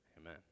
amen